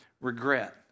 regret